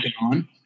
on